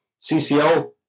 CCL